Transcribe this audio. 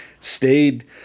stayed